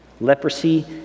leprosy